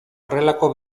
horrelako